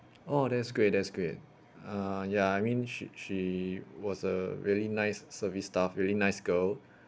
oh that's great that's great uh ya I mean she she was a really nice service staff really nice girl